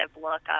look